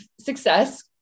success